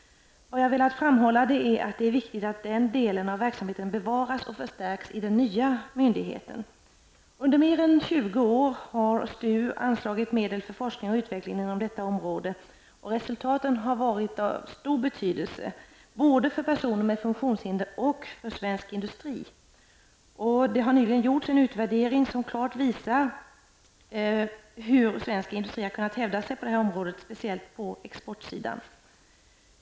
Jag har velat framhålla att det är viktigt att den delen av verksamheten bevaras och förstärks i den nya myndigheten. Under mer än 20 år har STU anslagit medel för forskning och utveckling inom detta område. Resultaten har varit av stor betydelse både för personer med funktionshinder och för svensk industri. Det har nyligen gjorts en utvärdering som klart visar hur svenska industrier har kunnat hävda sig på detta område, speciellt på exportsidan.